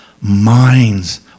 minds